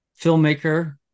filmmaker